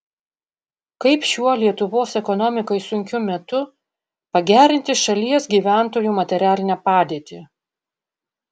kaip šiuo lietuvos ekonomikai sunkiu metu pagerinti šalies gyventojų materialinę padėtį